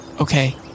Okay